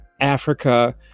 Africa